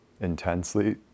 intensely